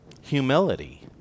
Humility